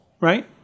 right